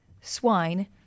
swine